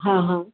हां हां